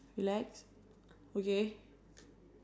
um stingray chilli stingray